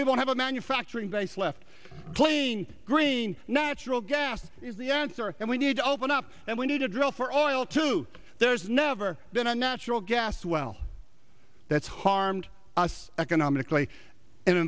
will have a manufacturing base left playing green natural gas is the answer and we need to open up and we need to drill for oil to there's never been a natural gas well that's harmed us economically and